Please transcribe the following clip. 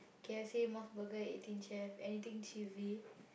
K_F_C Mos-Burger and Eighteen-Chef anything cheesy